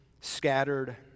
scattered